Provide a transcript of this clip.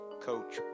Coach